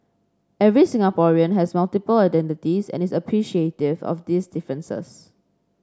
every Singaporean has multiple identities and is appreciative of these differences